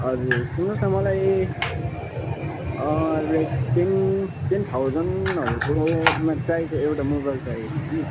हजुर सुन्नुहोस् न मलाई रेट टेन टेन थाउजन्डहरूकोमा चाहिएको एउटा मोबाइल चाहिएको थियो कि